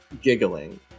giggling